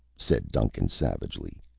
said duncan savagely.